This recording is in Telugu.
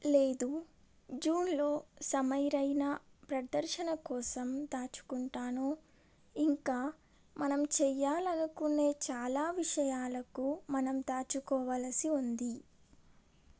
లేదు జూన్లో సమైరైనా ప్రదర్శన కోసం దాచుకుంటాను ఇంకా మనం చెయ్యాలనుకునే చాలా విషయాలకు మనం దాచుకోవలసి ఉంది